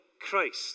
Christ